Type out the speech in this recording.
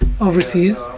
overseas